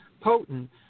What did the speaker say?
potent